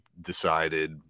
decided